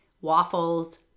waffles